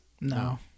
No